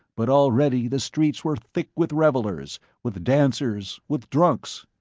but already the streets were thick with revelers, with dancers, with drunks.